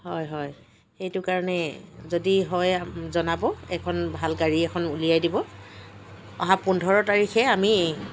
হয় হয় সেইটো কাৰণে যদি হয় জনাব এখন ভাল গাড়ী এখন উলিয়াই দিব অহা পোন্ধৰ তাৰিখে আমি